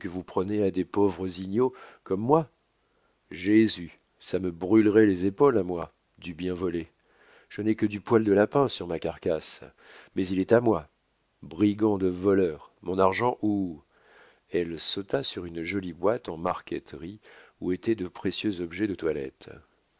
vous prenez à des pauvres igneaux comme moi jésus ça me brûlerait les épaules à moi du bien volé je n'ai que du poil de lapin sur ma carcasse mais il est à moi brigands de voleurs mon argent ou elle sauta sur une jolie boîte en marqueterie où étaient de précieux objets de toilette